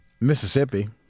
Mississippi